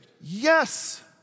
Yes